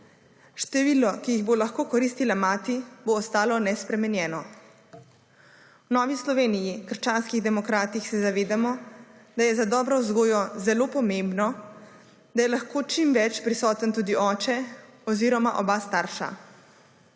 Število dni, ki jih bo lahko koristila mati, bo ostalo nespremenjeno. V Novi Sloveniji – Krščanskih demokratih se zavedamo, da je za dobro vzgojo zelo pomembno, da je lahko čim več prisoten tudi oče oziroma oba starša.